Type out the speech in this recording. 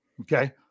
Okay